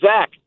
Zach